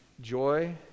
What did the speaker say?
Joy